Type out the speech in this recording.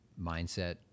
mindset